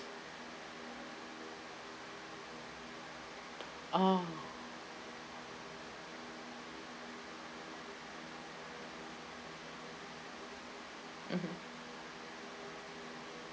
orh mmhmm